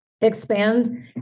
expand